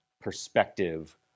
perspective